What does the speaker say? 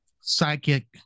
psychic